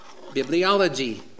Bibliology